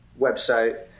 website